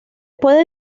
puede